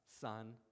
son